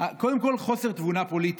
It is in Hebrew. קודם כול, חוסר תבונה פוליטית.